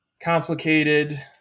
complicated